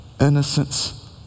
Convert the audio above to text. innocence